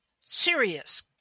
serious